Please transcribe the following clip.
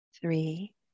Three